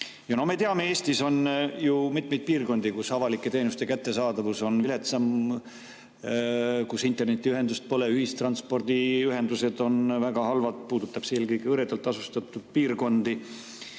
Me teame, et Eestis on ju mitmeid piirkondi, kus avalike teenuste kättesaadavus on viletsam, kus internetiühendust pole ja ühistranspordiühendus on väga halb, see puudutab eelkõige hõredalt asustatud piirkondi.